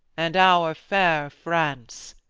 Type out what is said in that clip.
and our fair france.